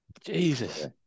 Jesus